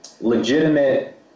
legitimate